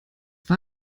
war